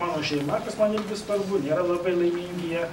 mano šeima kas man irgi svarbu nėra labai laimingi jie